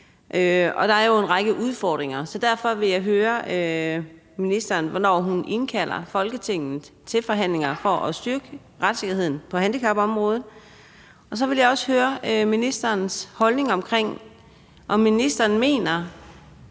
Der er jo en række udfordringer, så derfor vil jeg høre ministeren, hvornår hun indkalder Folketinget til forhandlinger for at styrke retssikkerheden på handicapområdet. Og så vil jeg også høre, om ministeren mener,